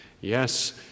Yes